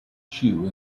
chew